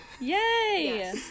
Yay